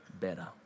better